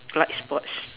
light sports